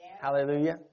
Hallelujah